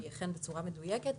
שהיא אכן בצורה מדויקת.